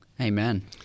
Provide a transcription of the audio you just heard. Amen